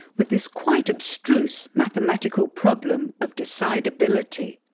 with this quite abstruse mathematical problem of decidability.